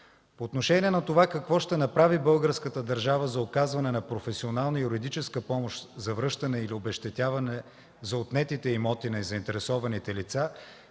По отношение на това какво ще направи българската държава за оказване на професионална юридическа помощ за връщане или обезщетяване за отнетите имоти на заинтересованите лица,